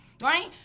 right